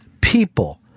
people